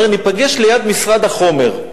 אומר: ניפגש ליד משרד החומר.